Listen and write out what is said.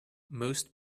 most